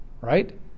Right